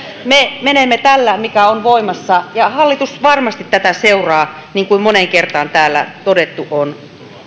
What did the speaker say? me menemme tällä mikä on voimassa ja hallitus varmasti tätä seuraa niin kuin moneen kertaan täällä todettu on